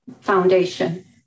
Foundation